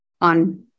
on